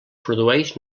produeix